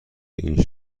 این